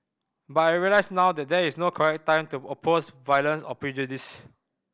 but I realise now that there is no correct time to oppose violence or prejudice